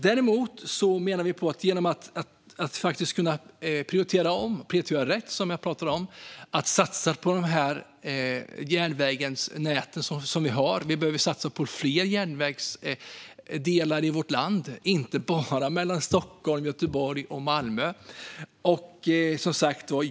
Däremot menar vi att man genom att kunna prioritera om och prioritera rätt och satsa på det järnvägsnät som vi har kan satsa på fler järnvägsdelar i vårt land, för vi behöver satsa på fler delar, inte bara mellan Stockholm, Göteborg och Malmö.